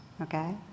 okay